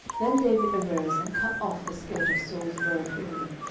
then david arose, and cut off the skirt of saul's robe privily.